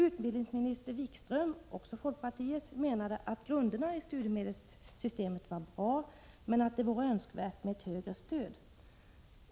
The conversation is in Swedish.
Utbildningsminister Wikström, också från folkpartiet, menade att grunderna i studiemedelssystemet var bra men att det vore önskvärt med ett högre stöd.